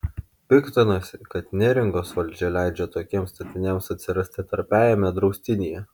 piktinosi kad neringos valdžia leidžia tokiems statiniams atsirasti trapiajame draustinyje